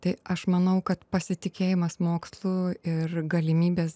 tai aš manau kad pasitikėjimas mokslu ir galimybės